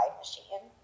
machine